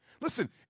Listen